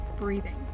breathing